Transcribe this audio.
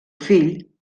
fill